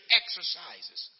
exercises